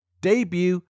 debut